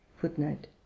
footnote